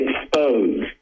exposed